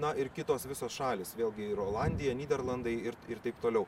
na ir kitos visos šalys vėlgi ir olandija nyderlandai ir ir taip toliau